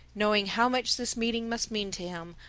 knowing how much this meeting must mean to him,